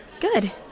good